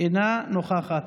אינה נוכחת.